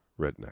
redneck